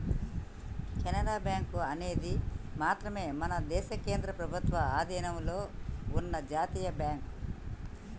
Canara bank అనేది మాత్రమే మన దేశ కేంద్ర ప్రభుత్వ అధీనంలో ఉన్న జాతీయ బ్యాంక్